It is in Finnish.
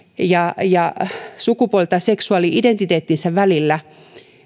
ja ja sukupuoli tai seksuaali identiteettinsä välillä